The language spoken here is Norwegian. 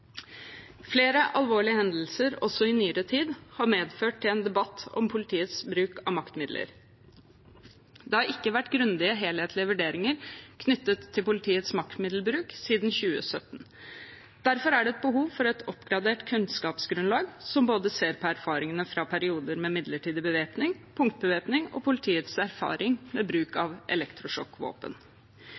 Flere alvorlige hendelser også i nyere tid har medført en debatt om politiets bruk av maktmidler. Det har ikke vært grundige, helhetlige vurderinger knyttet til politiets maktmiddelbruk siden 2017. Derfor er det et behov for et oppgradert kunnskapsgrunnlag som både ser på erfaringene fra perioder med midlertidig bevæpning og punktbevæpning og på politiets erfaringer med bruk av elektrosjokkvåpen.